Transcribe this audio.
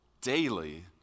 daily